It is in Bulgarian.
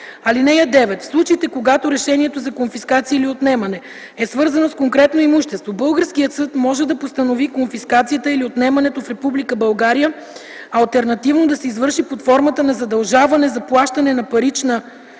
(9) В случаите, когато решението за конфискация или отнемане е свързано с конкретно имущество, българският съд може да постанови конфискацията или отнемането в Република България алтернативно да се извърши под формата на задължаване за плащане на парична сума,